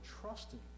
trusting